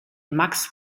max